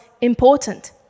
important